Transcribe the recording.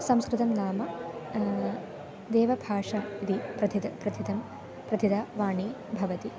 संस्कृतं नाम देवभाषा इति प्रथितं प्रथितं प्रथिता वाणी भवति